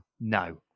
no